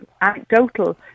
anecdotal